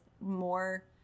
more